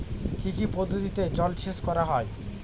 কি কি পদ্ধতিতে জলসেচ করা হয়?